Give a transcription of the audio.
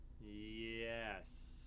Yes